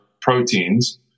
proteins